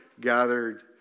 Gathered